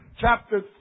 chapter